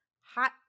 hot